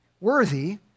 worthy